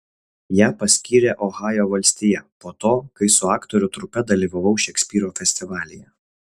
ją paskyrė ohajo valstija po to kai su aktorių trupe dalyvavau šekspyro festivalyje